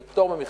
זה פטור ממכרז.